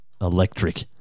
electric